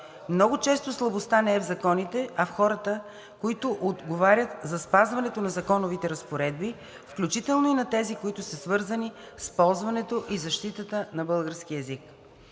Много често слабостта не е в законите, а в хората, които отговарят за спазването на законовите разпоредби, включително и на тези, които са свързани с ползването и защитата на българския език.